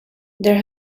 there